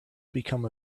become